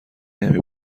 نمی